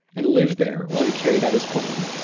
and live there while he carried out his plan